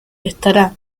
estará